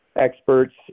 experts